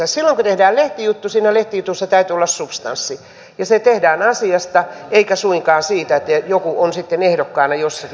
silloin kun tehdään lehtijuttu siinä lehtijutussa täytyy olla substanssi ja se tehdään asiasta eikä suinkaan siitä että joku on sitten ehdokkaana jossakin